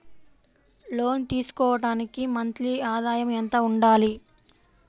లోను తీసుకోవడానికి మంత్లీ ఆదాయము ఎంత ఉండాలి?